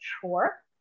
chore